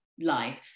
life